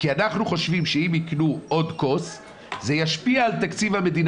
כי אנחנו חושבים שאם יקנו עוד כוס זה ישפיע על תקציב המדינה.